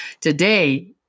Today